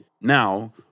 now